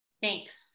thanks